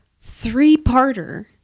three-parter